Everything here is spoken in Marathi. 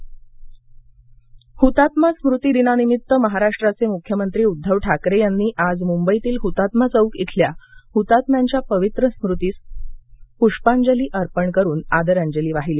हुतात्मा हुतात्मा स्मृती दिनानिमित्त महाराष्ट्राचे मुख्यमंत्री उध्दव ठाकरे यांनी आज मुंबईतील हुतात्मा चौक इथल्या हुतात्म्यांच्या पवित्र स्मृतीस पुष्पांजली अर्पण करून आदरांजली वाहिली